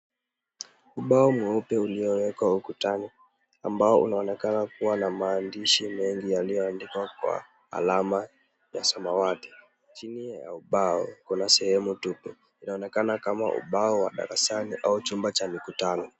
Ubao mweupe uliowekwa ukutani ambao unaonekana kuwa na maandishi mengi yaliyoandikwa kwa alama ya samawati. Chini ya ubao kuna sehemu tupu. Inaonekana kama ubao wa darasani au chumba cha mikutano.